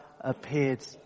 appeared